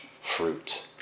fruit